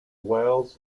wales